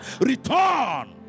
return